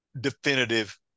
definitive